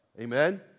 Amen